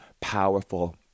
powerful